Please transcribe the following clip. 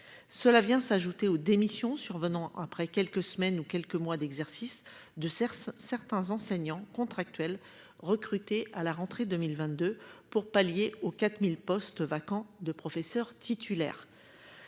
cela vient s'ajouter aux démissions survenant après quelques semaines ou quelques mois d'exercice de certains certains enseignants contractuels recrutés à la rentrée 2022 pour pallier aux 4000 postes vacants de professeurs titulaires.